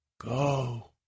Go